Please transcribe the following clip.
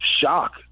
shock